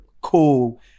cool